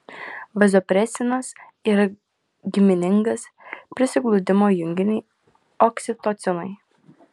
vazopresinas yra giminingas prisiglaudimo junginiui oksitocinui